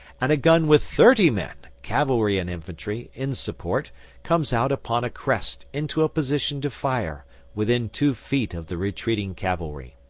and a gun with thirty men, cavalry and infantry, in support comes out upon a crest into a position to fire within two feet of the retreating cavalry.